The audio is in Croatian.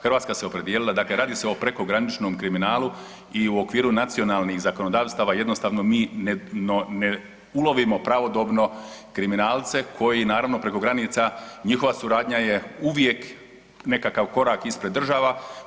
Hrvatska se opredijelila, dakle radi se o prekograničnom kriminalu i u okviru nacionalnih zakonodavstava jednostavno mi ne ulovimo pravodobno kriminalce koji naravno preko granica njihova suradnja je uvijek nekakav korak ispred država.